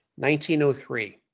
1903